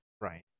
Right